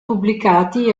pubblicati